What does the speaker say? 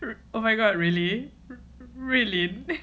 oh my god really really